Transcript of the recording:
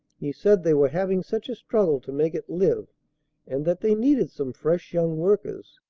he said they were having such a struggle to make it live and that they needed some fresh young workers.